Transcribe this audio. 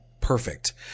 perfect